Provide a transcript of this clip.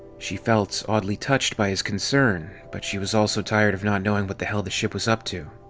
she felt oddly touched by his concern, but she was also tired of not knowing what the hell that ship was up to.